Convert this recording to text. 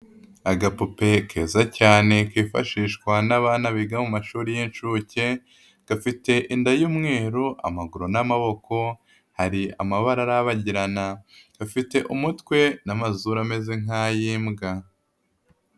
Agapupe keza cyane kifashishwa n'abana biga mu mashuri y'insuke, gafite inda y'umweru, amaguru n'amaboko, hari amabara arabagirana, gafite umutwe n'amazure ameze nk'ay'imbwa.